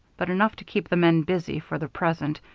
but enough to keep the men busy for the present,